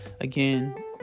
again